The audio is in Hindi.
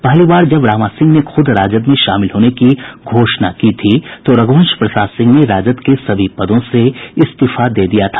पहली बार जब रामा सिंह ने खूद राजद में शामिल होने की घोषणा की थी तो रघुवंश प्रसाद सिंह ने राजद के सभी पदों से इस्तीफा दे दिया था